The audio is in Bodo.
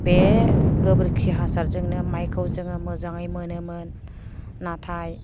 बे गोबोरखि हासारजोंनो मायखौ जोङो मोजाङै मोनोमोन नाथाय